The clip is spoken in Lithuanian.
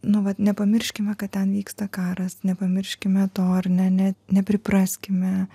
nu vat nepamirškime kad ten vyksta karas nepamirškime to ar ne ne nepripraskime